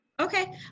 Okay